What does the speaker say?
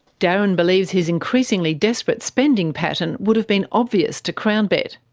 darren believes his increasingly desperate spending pattern would have been obvious to crownbet.